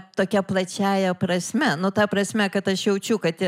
tokia plačiąja prasme nu ta prasme kad aš jaučiu kad